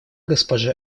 госпоже